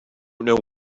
know